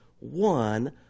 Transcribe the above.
one